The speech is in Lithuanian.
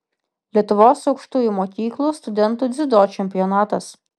lietuvos aukštųjų mokyklų studentų dziudo čempionatas